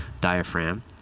diaphragm